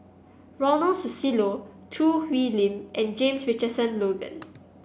Ronald Susilo Choo Hwee Lim and James Richardson Logan